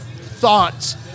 thoughts